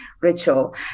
ritual